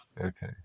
Okay